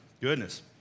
Goodness